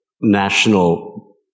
national